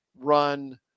run